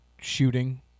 shooting